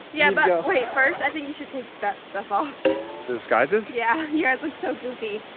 yeah, but wait. first i think you should take that stuff off. the disguises? yeah, you guys look so goofy.